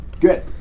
Good